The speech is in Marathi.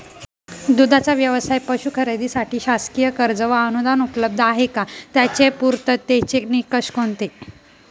दूधाचा व्यवसायास पशू खरेदीसाठी शासकीय कर्ज व अनुदान उपलब्ध आहे का? त्याचे पूर्ततेचे निकष कोणते?